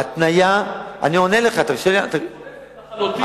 היא גורפת לחלוטין.